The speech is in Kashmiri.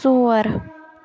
ژور